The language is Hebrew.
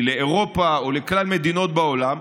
אלא בהשוואה לאירופה או לכלל המדינות בעולם,